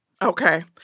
Okay